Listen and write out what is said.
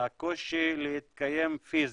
הקושי להתקיים פיזית.